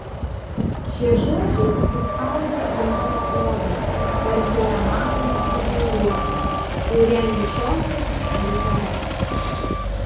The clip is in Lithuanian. šie žodžiai įsispaudžia į mano odą tarsi nematoma tatuiruotė kurią nešiosiuosi visada